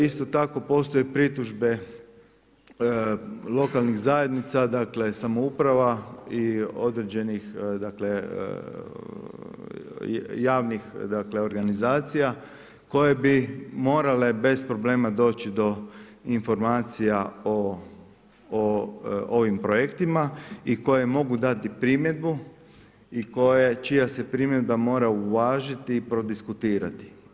Isto tako postoje pritužbe lokalnih zajednica dakle samouprava i određenih javnih organizacija koje bi morale bez problema doći do informacija o ovim projektima i koje mogu dati primjedbu i čija se primjedba mora uvažiti i prodiskutirati.